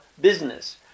business